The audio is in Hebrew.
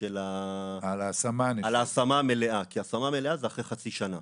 על ההשמה המלאה, כי השמה מלאה זה אחרי חצי שנה.